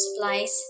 supplies